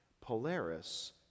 polaris